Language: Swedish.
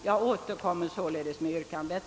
Jag återkommer således med yrkandet.